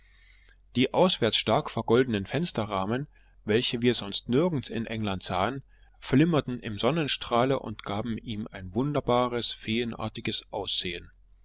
die auswärts stark vergoldeten fensterrahmen welche wir sonst nirgends in england sahen flimmerten im sonnenstrahle und gaben ihm ein wunderbares feenartiges ansehen